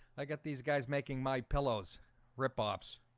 i got these guys making my pillows rip pops